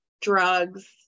drugs